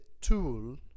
tool